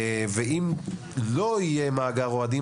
אם לא יהיה מאגר אוהדים,